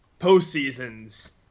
postseason's –